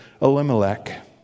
Elimelech